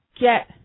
get